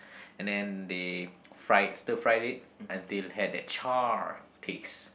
and then they fried stir fry it until had that char taste